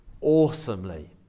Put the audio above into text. awesomely